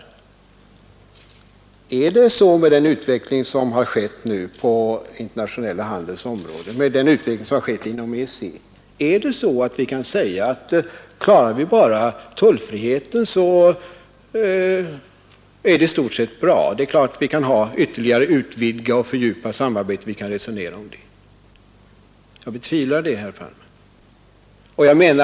Förhåller det sig så med den utveckling som skett inom EEC och på den internationella handelns område att vi kan säga, att klarar vi bara tullfriheten är det i stort sett bra och vi kan sedan resonera om att ytterligare utvidga och fördjupa samarbetet? Jag betvivlar det, herr Palme!